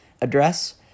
address